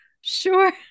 sure